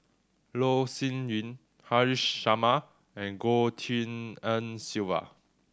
Loh Sin Yun Haresh Sharma and Goh Tshin En Sylvia